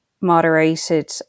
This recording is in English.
moderated